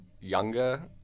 younger